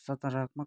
सकारात्मक